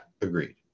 agreed